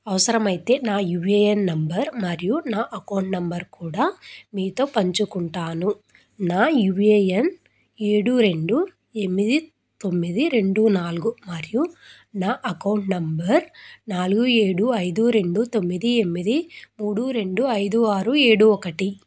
అవసరమైతే నా U A N number మరియు నా అకౌంట్ నెంబర్ కూడా మీతో పంచుకుంటాను నా యూ ఏ ఎన్ ఏడు రెండు ఎనిమిది తొమ్మిది రెండు నాలుగు మరియు నా అకౌంట్ నెంబర్ నాలుగు ఏడు ఐదు రెండు తొమ్మిది ఎనిమిది మూడు రెండు ఐదు ఆరు ఏడు ఒకటి